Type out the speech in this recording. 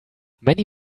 many